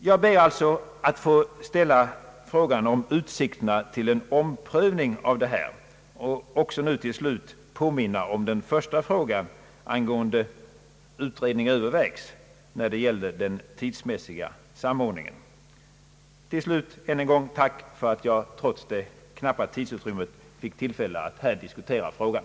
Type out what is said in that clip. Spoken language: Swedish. Jag ber alltså att få fråga om utsikterna till en omprövning och till slut även påminna om den första frågan om »utredning övervägs» när det gällde den tidsmässiga samordningen. Till slut än en gång tack för att jag trots det knappa tidsutrymmet fick tillfälle diskutera frågan.